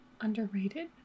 underrated